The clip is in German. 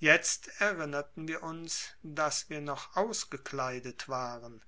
jetzt erinnerten wir uns daß wir noch ausgekleidet waren